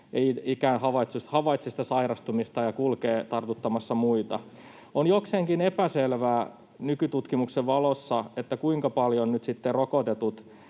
ei havaitse sitä sairastumista ja kulkee tartuttamassa muita. On jokseenkin epäselvää nykytutkimuksen valossa, kuinka paljon rokotetut